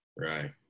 Right